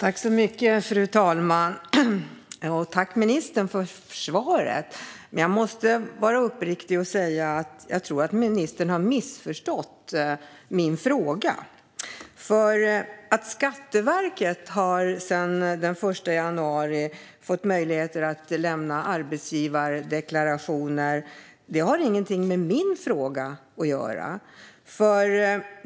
Fru talman! Tack, ministern, för svaret! Jag måste dock vara uppriktig och säga att jag tror att ministern har missförstått min fråga. Att Skatteverket sedan den 1 januari har fått möjlighet att lämna arbetsgivardeklarationer har ingenting med min fråga att göra.